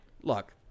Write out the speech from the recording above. look